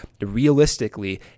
realistically